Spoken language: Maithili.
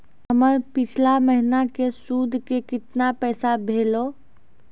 हमर पिछला महीने के सुध के केतना पैसा भेलौ?